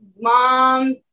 Mom